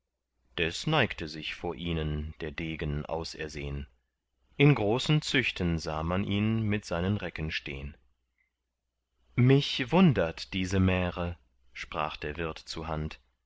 des neigte sich vor ihnen der degen ausersehn in großen züchten sah man ihn mit seinen recken stehn mich wundert diese märe sprach der wirt zuhand